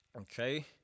Okay